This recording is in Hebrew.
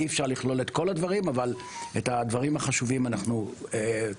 אי אפשר לכלול את כל הדברים אבל את הדברים החשובים אנחנו כוללים.